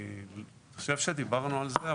אני חושב שדיברנו על זה,